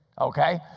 Okay